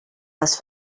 les